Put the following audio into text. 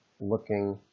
looking